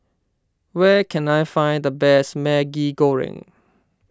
where can I find the best Maggi Goreng